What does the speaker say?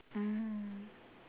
mm